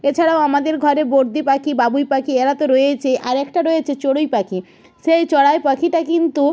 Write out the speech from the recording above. এছাড়াও আমাদের ঘরে বদ্রি পাখি বাবুই পাখি এরা তো রয়েইছে আর একটা রয়েছে চড়ুই পাখি সেই চড়াই পাখিটা কিন্তু